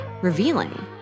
revealing